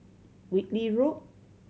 Whitley Road